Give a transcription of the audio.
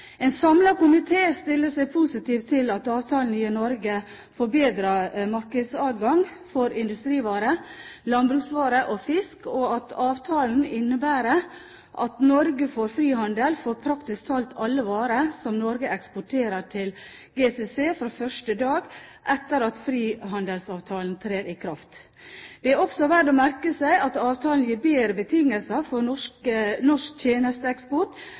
En samlet komité stiller seg positiv til at avtalen gir Norge forbedret markedsadgang for industrivarer, landbruksvarer og fisk, og at avtalen innebærer at Norge får frihandel for praktisk talt alle varer som Norge eksporterer til GCC fra første dag etter at frihandelsavtalen trer i kraft. Det er også verdt å merke seg at avtalen gir bedre betingelser for norsk tjenesteeksport